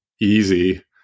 easy